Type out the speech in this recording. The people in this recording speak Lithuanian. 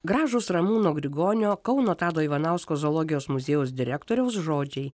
gražūs ramūno grigonio kauno tado ivanausko zoologijos muziejaus direktoriaus žodžiai